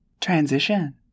Transition